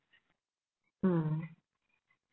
mm